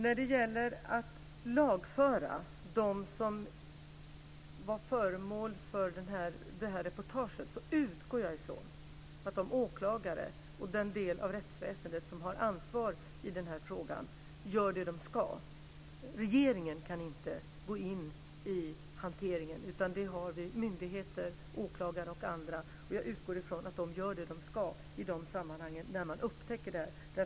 När det gäller att lagföra dem som var föremål för det här reportaget så utgår jag ifrån att de åklagare och den del av rättsväsendet som har ansvar för denna fråga gör det de ska. Regeringen kan inte gå in i hanteringen, utan det har vi myndigheter, åklagare och andra till. Och jag utgår från att de gör det som de ska i de sammanhang då man upptäcker detta.